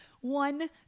one